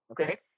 Okay